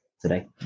today